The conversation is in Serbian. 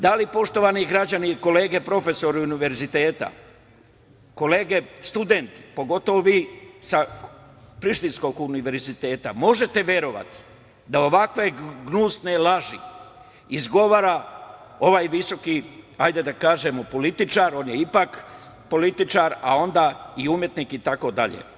Da li poštovani građani, kolege profesori univerziteta, kolege studenti, pogotovo vi sa Prištinskog univerziteta, možete verovati da ovakve gnusne laži izgovara ovaj visoki, hajde da kažemo, političar, on je ipak političar, a onda i umetnik itd?